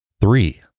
Three